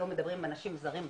לא מדברים עם אנשים זרים ברחוב,